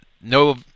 no